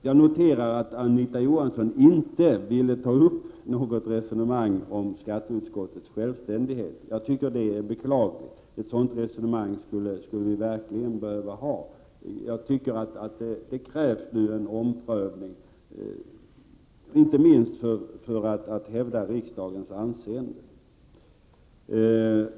Jag noterar att Anita Johansson inte vill ta upp något resonemang om skatteutskottets självständighet. Det är beklagligt. Ett sådant resonemang skulle vi verkligen behöva ha. Jag tycker att det nu krävs en omprövning — inte minst för att hävda riksdagens anseende.